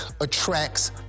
attracts